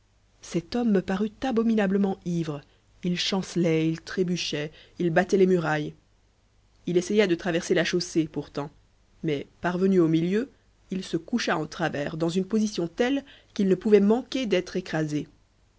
cet homme me parut abominablement ivre il chancelait il trébuchait il battait les murailles il essaya de traverser la chaussée pourtant mais parvenu au milieu il se coucha en travers dans une position telle qu'il ne pouvait manquer d'être écrasé